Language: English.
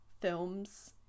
films